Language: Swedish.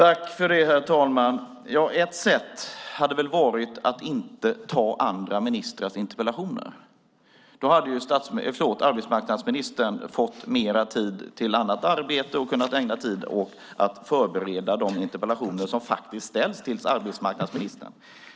Herr talman! Ett sätt hade väl varit att inte ta andra ministrars interpellationer. Då hade arbetsmarknadsministern fått mer tid till annat arbete och hade kunnat ägna tid åt att förbereda de interpellationer som faktiskt ställts till arbetsmarknadsministern.